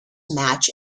match